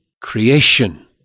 creation